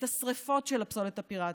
את השרפות של הפסולת הפיראטית.